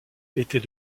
était